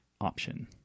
option